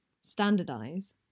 standardize